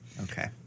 Okay